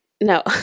no